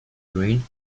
green